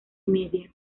media